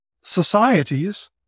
societies